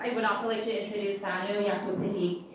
and would also like to introduce, thanu yakupitiyage.